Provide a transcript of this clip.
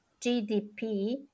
GDP